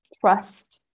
trust